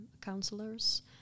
counselors